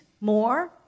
more